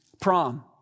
Prom